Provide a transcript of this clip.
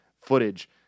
footage